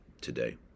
today